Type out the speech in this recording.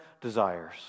desires